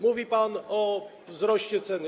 Mówi pan o wzroście cen.